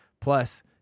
Plus